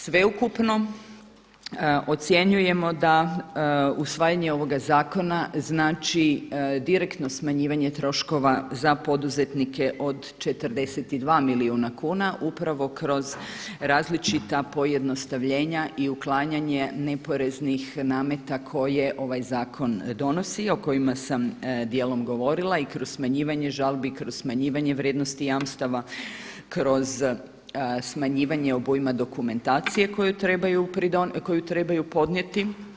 Sveukupno ocjenjujemo da usvajanje ovoga zakona znači direktno smanjivanje troškova za poduzetnike od 42 milijuna kuna upravo kroz različita pojednostavljenja i uklanjanje neporeznih nameta koje ovaj zakon donosi i o kojima sam dijelom govorila i kroz smanjivanje žalbi, kroz smanjivanje vrijednosti jamstava, kroz smanjivanja obujma dokumentacije koju trebaju podnijeti.